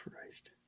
Christ